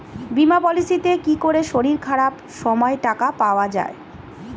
বীমা পলিসিতে কি করে শরীর খারাপ সময় টাকা পাওয়া যায়?